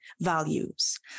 values